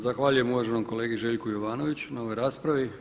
Zahvaljujem uvaženom kolegi Željku Jovanoviću na ovoj raspravi.